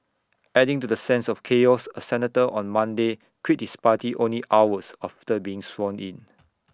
adding to the sense of chaos A senator on Monday quit his party only hours after being sworn in